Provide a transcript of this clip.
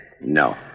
No